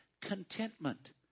contentment